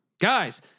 guys